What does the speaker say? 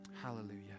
Hallelujah